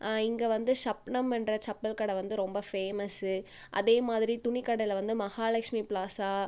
இங்கே வந்து சப்னம்ன்ற செப்பல் கடை வந்து ரொம்ப ஃபேமஸ்ஸு அதேமாதிரி துணிக்கடையில் வந்து மஹாலஷ்மி பிளாசா